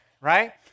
right